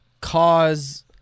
cause